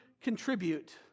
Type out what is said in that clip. contribute